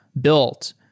built